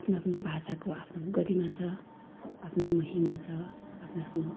आफ्नो आफ्नो भाषाको आफ्नो आफ्नो गरिमा छ आफ्नो महिमा छ आफ्नो आफ्नो